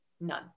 None